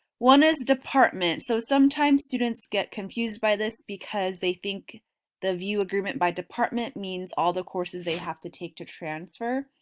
one is department so sometimes students get confused by this because they think the view agreement by department means all the courses they have to take to transfer.